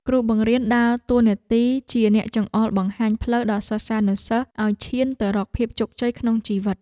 គ្រូបង្រៀនដើរតួនាទីជាអ្នកចង្អុលបង្ហាញផ្លូវដល់សិស្សានុសិស្សឱ្យឈានទៅរកភាពជោគជ័យក្នុងជីវិត។